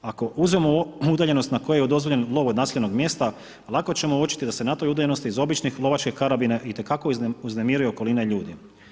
Ako uzmemo udaljenost na kojem je dozvoljen lov od naseljenog mjesta lako ćemo uočiti da se na toj udaljenosti iz obične lovačke karabine itekako uznemiruje okolina i ljudi.